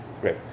great